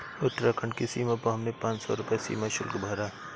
उत्तराखंड की सीमा पर हमने पांच सौ रुपए सीमा शुल्क भरा